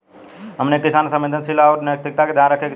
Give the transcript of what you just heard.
हमनी के किसान के संवेदनशीलता आउर नैतिकता के ध्यान रखे के चाही